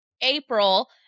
April